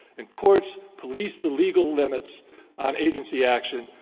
and courts police the legal limits on agency action.